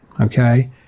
okay